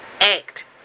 act